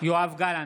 יואב גלנט,